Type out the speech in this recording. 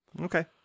Okay